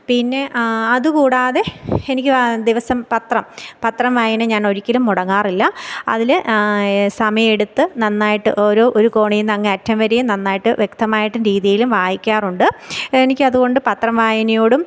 പിന്നെ അതു കൂടാതെ എനിക്ക് ദിവസം പത്രം പത്രം വായന ഞാനൊരിക്കലും മുടങ്ങാറില്ല അതിൽ സമയമെടുത്തു നന്നായിട്ട് ഓരു ഒരു കോണിൽ നിന്നങ്ങയറ്റം വരെയും നന്നായിട്ടു വ്യക്തമായിട്ടും രീതിയിലും വായിക്കാറുണ്ട് എനിക്കതു കൊണ്ട് പത്രം വായനയോടും